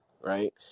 right